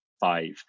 five